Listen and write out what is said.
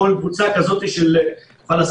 כל קבוצה כזאת של פלסטינים.